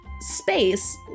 space